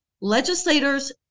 legislators